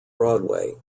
broadway